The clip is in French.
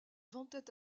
ventait